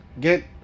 get